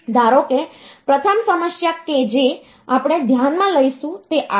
ધારો કે પ્રથમ સમસ્યા કે જે આપણે ધ્યાન માં લઈશુ તે આ છે